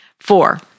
Four